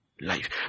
life